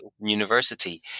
university